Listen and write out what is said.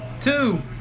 Two